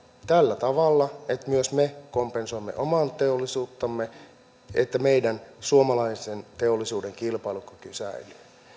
tällä tavalla että myös me kompensoimme omaa teollisuuttamme että meidän suomalaisen teollisuuden kilpailukyky säilyy